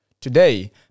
Today